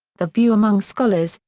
the view among scholars,